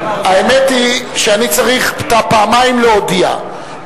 האמת היא שאני צריך פעמיים להודיע,